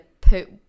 put